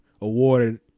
awarded